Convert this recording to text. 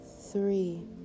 three